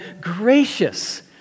gracious